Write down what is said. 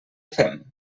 fem